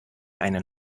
einen